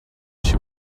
she